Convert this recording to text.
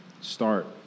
start